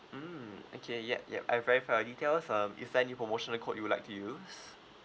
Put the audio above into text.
mm okay yup yup I've verified your details um is there any promotion code you would like to use